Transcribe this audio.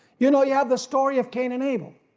you know you have the story of cain and abel,